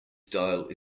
style